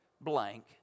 blank